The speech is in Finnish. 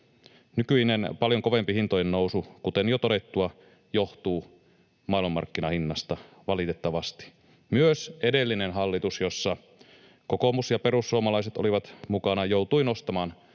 Nykyinen, paljon kovempi hintojen nousu, kuten jo todettua, johtuu maailmanmarkkinahinnasta, valitettavasti. Myös edellinen hallitus, jossa kokoomus ja perussuomalaiset olivat mukana, joutui nostamaan